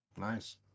Nice